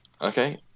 okay